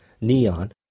neon